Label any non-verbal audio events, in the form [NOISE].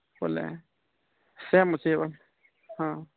ବୋଲେ [UNINTELLIGIBLE] ହଁ